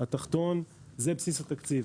התחתון זה בסיס התקציב.